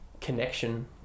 connection